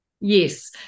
yes